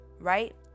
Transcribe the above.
right